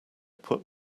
put